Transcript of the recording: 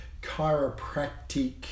chiropractic